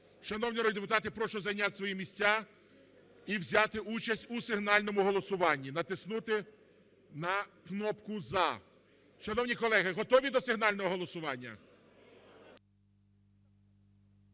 народні депутати, прошу зайняти свої місця і взяти участь у сигнальному голосуванні, натиснути на кнопку "за". Шановні колеги, готові до сигнального голосування?